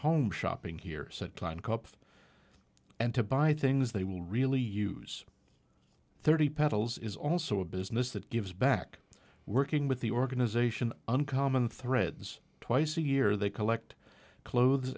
home shopping here said klein cups and to buy things they will really use thirty pedals is also a business that gives back working with the organization uncommon threads twice a year they collect clothes